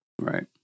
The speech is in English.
right